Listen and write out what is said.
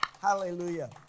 Hallelujah